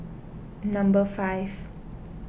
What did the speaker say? number five